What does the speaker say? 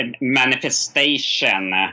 manifestation